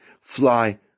fly